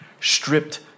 stripped